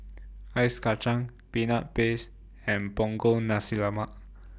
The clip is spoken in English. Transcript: Ice Kachang Peanut Paste and Punggol Nasi Lemak